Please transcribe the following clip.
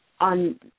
on